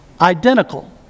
Identical